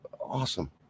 awesome